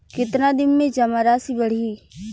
कितना दिन में जमा राशि बढ़ी?